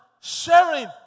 sharing